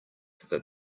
that